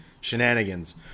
shenanigans